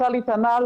מצא לי את הנעל,